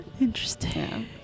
interesting